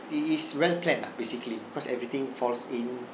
it is well planned lah basically cause everything falls in